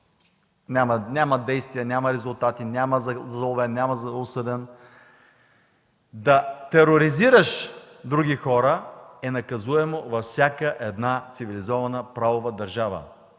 няма действия, няма резултати, няма заловен, няма осъден, да тероризираш други хора е наказуемо във всяка една цивилизована правова държава